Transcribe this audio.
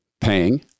paying